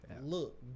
look